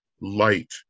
light